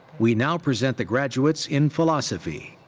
we now present the graduates in philosophy.